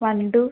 one two